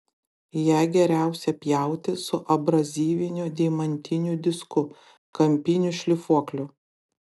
ją geriausia pjauti su abrazyviniu deimantiniu disku kampiniu šlifuokliu